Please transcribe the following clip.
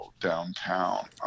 downtown